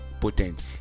potent